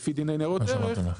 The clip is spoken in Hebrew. לפי דיני ניירות ערך.